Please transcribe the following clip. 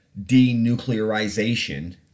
denuclearization